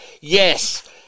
yes